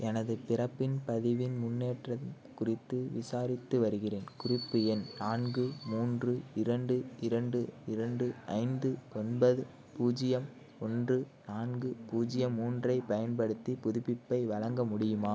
எனது பிறப்பின் பதிவின் முன்னேற்றம் குறித்து விசாரித்து வருகிறேன் குறிப்பு எண் நான்கு மூன்று இரண்டு இரண்டு இரண்டு ஐந்து ஒன்பது பூஜ்ஜியம் ஒன்று நான்கு பூஜ்ஜியம் மூன்றைப் பயன்படுத்தி புதுப்பிப்பை வழங்க முடியுமா